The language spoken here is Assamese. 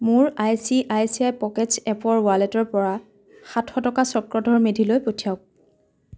মোৰ I C I C I pockets এপৰ ৱালেটৰপৰা সাতশ টকা চক্ৰধৰ মেধিলৈ পঠিয়াওক